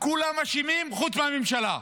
כולם אשמים, חוץ מהממשלה.